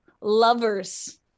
lovers